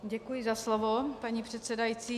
Děkuji za slovo, paní předsedající.